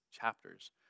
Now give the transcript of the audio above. chapters